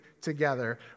together